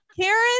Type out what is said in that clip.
karen